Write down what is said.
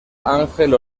ángel